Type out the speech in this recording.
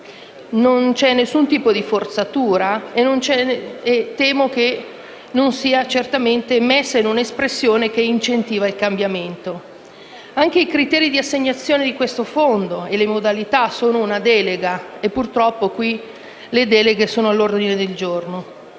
non c'è alcun tipo di forzatura e temo che non si sia utilizzata un'espressione che incentivi il cambiamento. Anche i criteri di assegnazione del fondo sono contenuti in una delega e purtroppo le deleghe sono all'ordine del giorno.